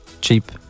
cheap